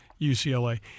UCLA